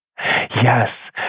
Yes